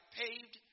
paved